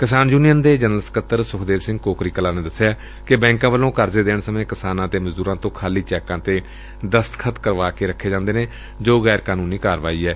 ਕਿਸਾਨ ਯੂਨੀਅਨ ਦੇ ਜਨਰਲ ਸਕੱਤਰ ਸੁਖਦੇਵ ਸਿੰਘ ਕੋਕਰੀ ਕਲਾਂ ਨੇ ਦਸਿਆ ਕਿ ਬੈਂਕਾਂ ਵੱਲੋਂ ਕਰਜ਼ੇ ਦੇਣ ਸਮੇਂ ਕਿਸਾਨਾਂ ਅਤੇ ਮਜ਼ਦੁਰਾਂ ਤੋਂ ਖਾਲੀ ਚੈੱਕਾਂ ਦੇ ਦਸਤਖ਼ਤ ਕਰਵਾ ਕੇ ਰੱਖੇ ਜਾਂਦੇ ਨੇ ਜੋ ਕਿ ਗੈਰ ਕਾਨੁੰਨੀ ਕਾਰਵਾਈ ਏ